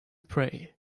pray